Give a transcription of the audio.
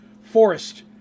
forest